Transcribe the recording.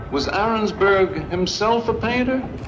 was arensberg himself a painter?